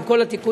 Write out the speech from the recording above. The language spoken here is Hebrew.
עם כל התיקונים,